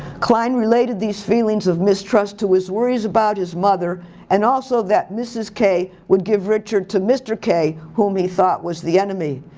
klein related these feelings of mistrust to his worries about his mother and also that mrs. k would give richard to mr. k whom he thought was the enemy.